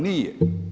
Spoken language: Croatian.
Nije.